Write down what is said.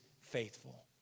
faithful